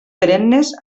perennes